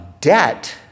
debt